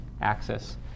axis